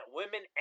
women